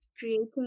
creating